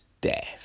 death